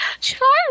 Charlie